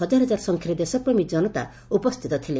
ହଜାର ହଜାର ସଂଖ୍ୟାରେ ଦେଶପ୍ରେମୀ ଜନତା ଉପସ୍ଥିତ ଥିଲେ